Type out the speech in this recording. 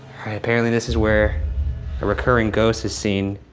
apparently this is where a recurring ghost is seen.